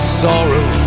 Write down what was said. sorrow